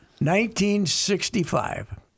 1965